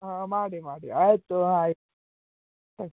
ಹಾಂ ಮಾಡಿ ಮಾಡಿ ಆಯಿತು ಆಯ್